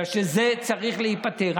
בגלל שזה צריך להיפתר.